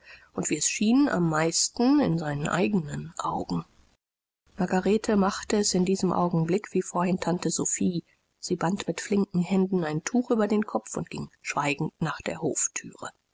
und wie es schien am meisten in seinen eigenen augen margarete machte es in diesem augenblick wie vorhin tante sophie sie band mit flinken händen ein tuch über den kopf und ging schweigend nach der